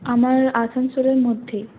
আমার আসানসোলের মধ্যেই